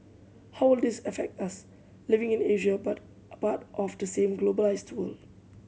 how will this affect us living in Asia but part of the same globalised world